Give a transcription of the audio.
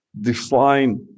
define